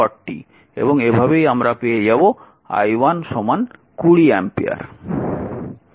এবং এভাবেই আমরা পেয়ে যাব i1 20 অ্যাম্পিয়ার